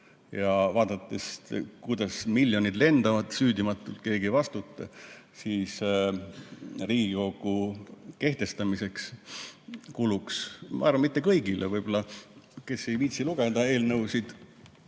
Vaadates, kuidas miljonid lendavad süüdimatult, keegi ei vastuta, siis Riigikogu kehtestamiseks kuluks, ma arvan, mitte kõigile, võib-olla kes ei viitsi lugeda eelnõusid,